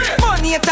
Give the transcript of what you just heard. money